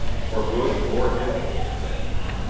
for good or ill, said he.